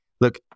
Look